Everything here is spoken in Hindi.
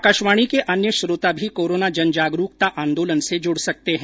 आकाशवाणी के अन्य श्रोता भी कोरोना जनजागरुकता आंदोलन से जुड सकते हैं